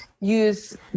use